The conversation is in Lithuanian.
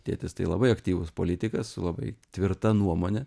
tėtis tai labai aktyvus politikas su labai tvirta nuomone